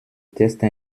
texte